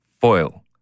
Foil